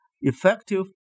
effective